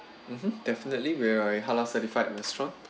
mmhmm definitely we're a halal certified restaurant